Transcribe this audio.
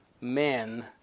men